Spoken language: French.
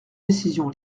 décision